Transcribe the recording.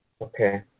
Okay